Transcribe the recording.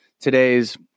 today's